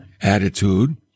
attitude